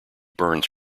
burns